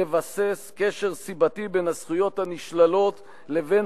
לבסס קשר סיבתי בין הזכויות הנשללות לבין